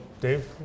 Dave